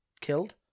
killed